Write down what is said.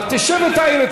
אבל תשב ותעיר.